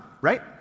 right